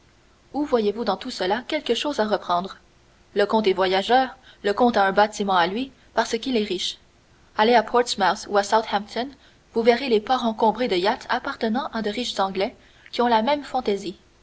où voyez-vous dans tout cela quelque chose à reprendre le comte est voyageur le comte a un bâtiment à lui parce qu'il est riche allez à portsmouth ou à southampton vous verrez les ports encombrés de yachts appartenant à de riches anglais qui ont la même fantaisie